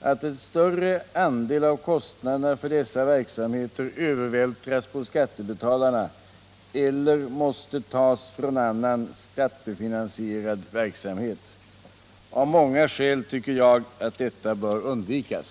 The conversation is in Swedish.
att en större andel av kostnaderna för dessa verksamheter övervältras på skattebetalarna eller måste tas från annan skattefinansierad verksamhet. Av många skäl tycker jag att detta bör undvikas.